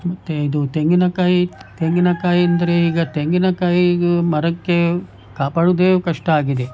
ಮತ್ತು ಇದು ತೆಂಗಿನಕಾಯಿ ತೆಂಗಿನಕಾಯಿ ಅಂದರೆ ಈಗ ತೆಂಗಿನಕಾಯಿಗೂ ಮರಕ್ಕೆ ಕಾಪಾಡುವುದೇ ಕಷ್ಟ ಆಗಿದೆ